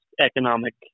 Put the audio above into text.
economic